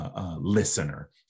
listener